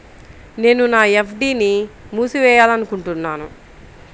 నేను నా ఎఫ్.డీ ని మూసివేయాలనుకుంటున్నాను